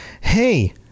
hey